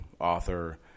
author